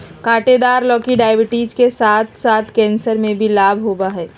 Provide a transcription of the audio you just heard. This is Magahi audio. काँटेदार लौकी डायबिटीज के साथ साथ कैंसर में भी लाभकारी होबा हइ